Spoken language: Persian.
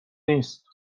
نیست